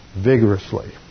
vigorously